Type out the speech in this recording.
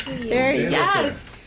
Yes